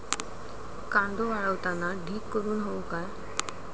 कांदो वाळवताना ढीग करून हवो काय?